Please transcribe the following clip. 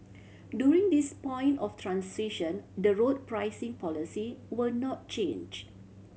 during this point of transition the road pricing policy will not change